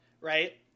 right